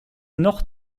noch